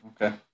Okay